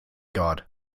god